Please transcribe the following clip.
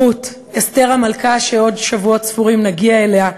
רות, אסתר המלכה, שבעוד שבועות ספורים נגיע אליה,